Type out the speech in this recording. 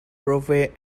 provincial